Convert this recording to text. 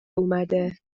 اومده